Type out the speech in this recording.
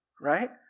right